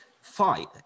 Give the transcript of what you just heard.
fight